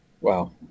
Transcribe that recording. Wow